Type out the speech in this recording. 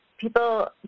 people